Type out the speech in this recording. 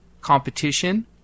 competition